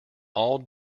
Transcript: all